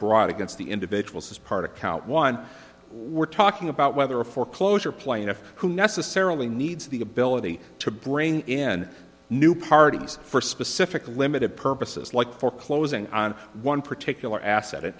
brought against the individuals as part of count one we're talking about whether a foreclosure plaintiff who necessarily needs the ability to bring in new parties for specific limited purposes like foreclosing on one particular asset an